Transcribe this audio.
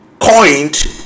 coined